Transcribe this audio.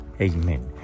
Amen